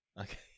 Okay